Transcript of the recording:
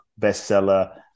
bestseller